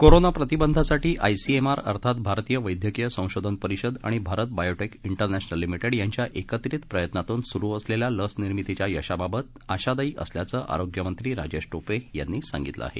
corona प्रतिबंधासाठी ICMR अर्थात भारतीय वैद्यकीय संशोधन परिषद आणि भारत बायोटेक इंटरनॅशनल लि यांच्या एकत्रित प्रयत्नातून सुरु असलेल्या लस निर्मितीच्या यशाबाबत आशादायी असल्याचं आरोग्यमंत्री राजेश टोपे यांनी सांगितलं आहे